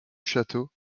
château